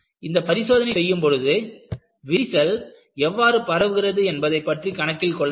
இந்த பரிசோதனை செய்யும் பொழுது விரிசல் எவ்வாறு பரவுகிறது என்பதைப்பற்றி கணக்கில் கொள்ளவில்லை